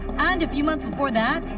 and a few months before that,